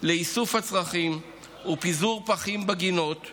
לאיסוף הצרכים ולפזר פחים בגינות,